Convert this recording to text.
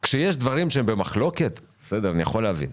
כשיש דברים שהם במחלוקת, אני יכול להבין.